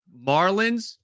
Marlins